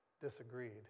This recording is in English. disagreed